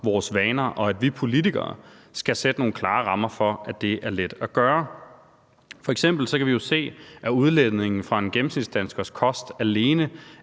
ændre vaner, og at vi politikere skal sætte nogle klare rammer for, at det er let at gøre. F.eks. kan vi jo se, at udledningen fra en gennemsnitsdanskers kost alene